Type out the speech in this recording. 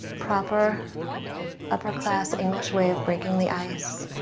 proper upper-class english way of breaking the ice.